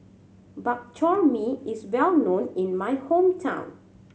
Bak Chor Mee is well known in my hometown